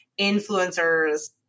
influencers